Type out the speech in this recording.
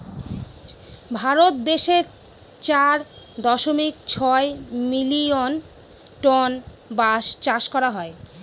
ভারত দেশে চার দশমিক ছয় মিলিয়ন টন বাঁশ চাষ করা হয়